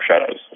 shadows